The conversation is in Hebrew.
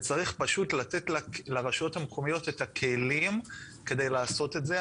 וצריך פשוט לתת לרשויות המקומיות את הכלים כדי לעשות את זה.